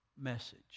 message